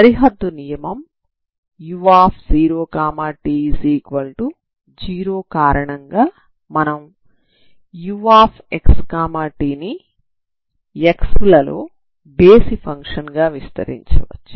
సరిహద్దు నియమం u0t0 కారణంగా మనం uxt ని x లలో బేసి ఫంక్షన్ గా విస్తరించవచ్చు